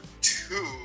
two